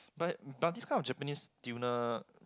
but but this kind of Japanese tuner